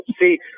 see